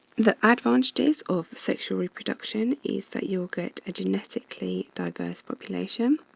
the advantages of sexual reproduction is that you'll get are genetically diverse population,